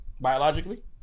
biologically